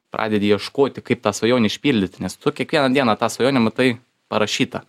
pradedi ieškoti kaip tą svajonę išpildyti nes tu kiekvieną dieną tą svajonę matai parašytą